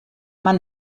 man